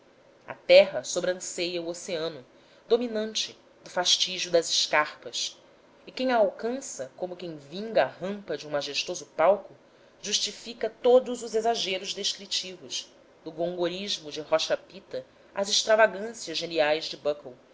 a terra sobranceia o oceano dominante do fastígio das escarpas e quem a alcança como quem vinga a rampa de um majestoso palco justifica os exageros descritivos do gongorismo de